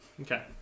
Okay